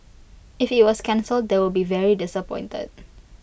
if IT was cancelled they would be very disappointed